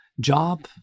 job